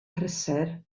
prysur